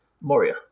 Moria